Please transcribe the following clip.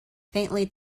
faintly